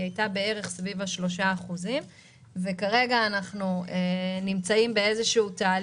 היא הייתה בערך סביב 3%. כרגע אנחנו נמצאים בתהליך,